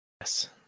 Yes